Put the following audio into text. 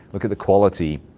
look at the quality.